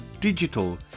digital